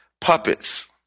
puppets